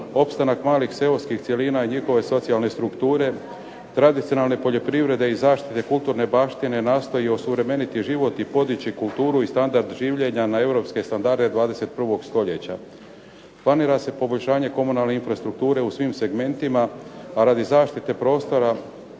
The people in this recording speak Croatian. opstanak malih seoskih cjelina i njihove socijalne strukture, tradicionalne poljoprivrede i zaštite kulturne baštine nastoji osuvremeniti život i podići kulturu i standard življenja na europske standarde 21. stoljeća. Planira se poboljšanje komunalne infrastrukture u svim segmentima a radi zaštite prostora